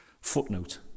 Footnote